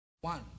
One